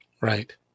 Right